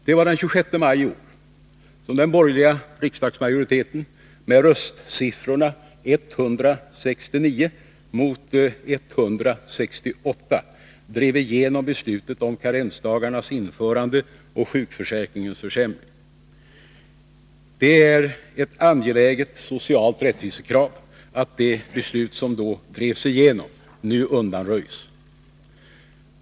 Det var den 26 maj i år som den borgerliga riksdagsmajoriteten med röstsiffrorna 169 mot 168 drev igenom beslutet om karensdagarnas införande och sjukförsäkringens försämring. Det är ett angeläget socialt rättvisekrav att det beslut som då drevs igenom nu undanröjs.